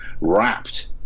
wrapped